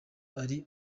ari